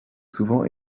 souvent